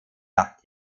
nacht